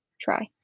try